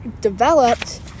developed